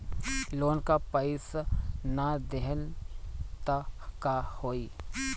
Loan का पैस न देहम त का होई?